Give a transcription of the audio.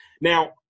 Now